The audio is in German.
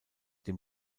den